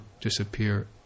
disappear